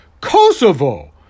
Kosovo